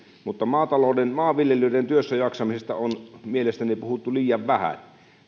mutta maanviljelijöiden työssäjaksamisesta on mielestäni puhuttu liian vähän